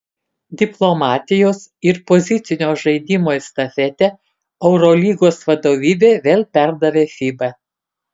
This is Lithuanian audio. diplomatijos ir pozicinio žaidimo estafetę eurolygos vadovybė vėl perdavė fiba